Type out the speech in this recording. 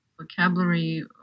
vocabulary